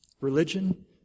Religion